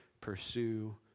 pursue